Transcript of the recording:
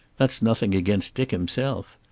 that's nothing against dick himself.